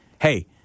Hey